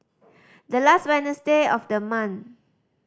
the last Wednesday of the month